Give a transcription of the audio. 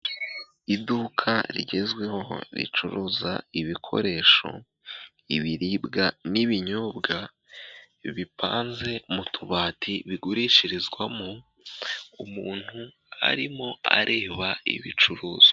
Iduka rigezweho ricuruza ibikoresho, ibiribwa n'ibinyobwa bipanze mu tubati bigurishirizwamo umuntu arimo areba ibicuruzwa.